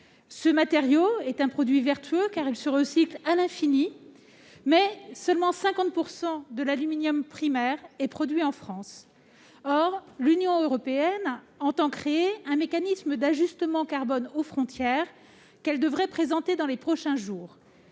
Ce matériau est un produit vertueux, car il se recycle à l'infini. Mais 50 % seulement de l'aluminium primaire est produit en France. Or l'Union européenne entend créer un mécanisme d'ajustement carbone aux frontières qu'elle devrait présenter dans les prochains jours.